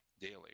daily